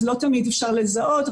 אז לא תמיד אפשר לזהות,